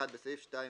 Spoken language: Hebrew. (1)בסעיף 2(1)